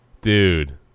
Dude